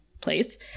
place